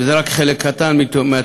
וזה רק חלק קטן מהתאונות.